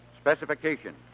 Specification